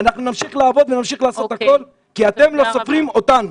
אנחנו נמשיך לעבוד ונמשיך לעשות הכול כי אתם לא סופרים אותנו,